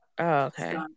okay